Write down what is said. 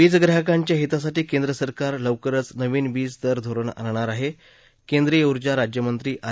वीज ग्राहकांच्या हितासाठी केंद्र सरकार लवकरच नवीन वीज दर धोरण आणणार आहा केंद्रीय ऊर्जा राज्यमंत्री आर